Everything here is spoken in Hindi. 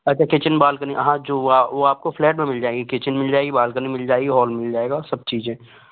अच्छा किचन बालकनी हाँ जो हुआ वो आपको फ्लैट मैं मिल जाएगी किचन मिल जाएगी बालकनी मिल जाएगी और मिल जाएगा सब चीज़ें